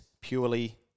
purely